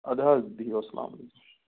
اَدٕ حظ بِہِو اَسَلامُ علیکُم